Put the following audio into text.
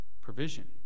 provision